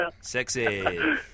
Sexy